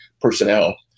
personnel